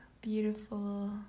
beautiful